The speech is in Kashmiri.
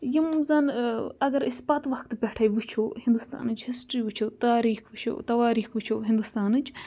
یِم زَن اگر أسۍ پَتہٕ وقتہٕ پٮ۪ٹھَے وٕچھو ہِنٛدُستانٕچ ہِسٹِرٛی وٕچھو تاریٖخ وٕچھو تَواریٖخ وٕچھو ہِنٛدُستانٕچ